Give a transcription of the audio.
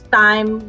time